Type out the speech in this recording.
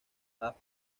agatha